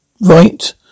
right